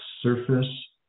surface